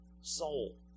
soul